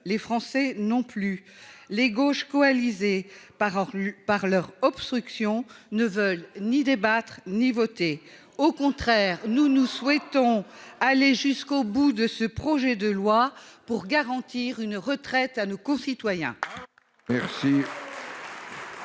les Français non plus ! Les gauches coalisées par leur obstruction ne veulent ni débattre ni voter ! Au contraire, nous souhaitons aller jusqu'au bout de ce projet de loi pour garantir une retraite à nos concitoyens.